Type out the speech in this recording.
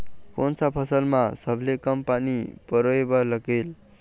कोन सा फसल मा सबले कम पानी परोए बर लगेल?